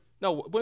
No